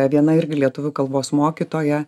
viena irgi lietuvių kalbos mokytoja